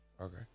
Okay